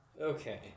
Okay